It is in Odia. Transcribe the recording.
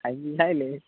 ଖାଇ ପି ସାଇଲେ